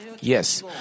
Yes